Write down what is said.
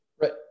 Right